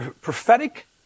Prophetic